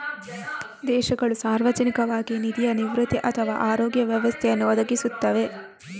ದೇಶಗಳು ಸಾರ್ವಜನಿಕವಾಗಿ ನಿಧಿಯ ನಿವೃತ್ತಿ ಅಥವಾ ಆರೋಗ್ಯ ವ್ಯವಸ್ಥೆಯನ್ನು ಒದಗಿಸುತ್ತವೆ